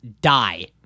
die